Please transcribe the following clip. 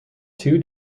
two